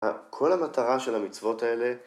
כל המטרה של המצוות האלה